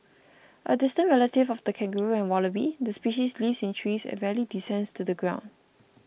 a distant relative of the kangaroo and wallaby the species lives in trees and rarely descends to the ground